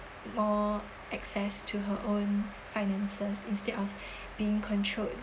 more access to her own finances instead of being controlled